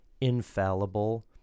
infallible